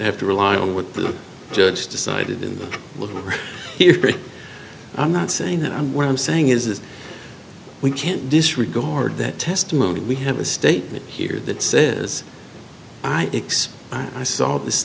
have to rely on what the judge decided and look here i'm not saying that i'm what i'm saying is we can't disregard that testimony we have a statement here that says i x i saw this